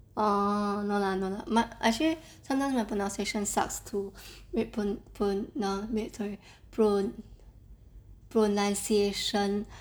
orh no lah no lah m~ actually sometimes my pronunciation sucks too pro~ pro~ wait sorry pro~ pronunciation